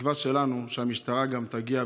התקווה שלנו היא שהמשטרה גם תגיע,